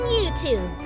YouTube